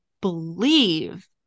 believe